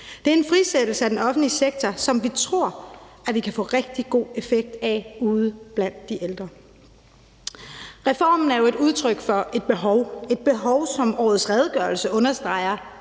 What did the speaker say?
Det er en frisættelse af den offentlige sektor, som vi tror at vi kan få rigtig god effekt af ude blandt de ældre. Reformen med et udtryk for et behov – et behov, som årets redegørelse understreger